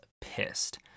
pissed